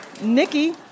Nikki